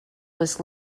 was